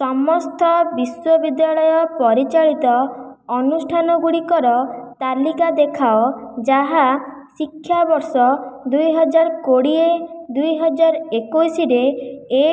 ସମସ୍ତ ବିଶ୍ୱବିଦ୍ୟାଳୟ ପରିଚାଳିତ ଅନୁଷ୍ଠାନ ଗୁଡ଼ିକର ତାଲିକା ଦେଖାଅ ଯାହା ଶିକ୍ଷାବର୍ଷ ଦୁଇହଜାର କୋଡିଏ ଦୁଇହଜାର ଏକୋଇଶିରେ ଏ